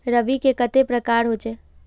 रवि के कते प्रकार होचे?